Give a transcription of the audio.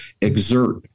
exert